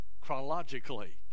chronologically